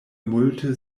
multe